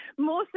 More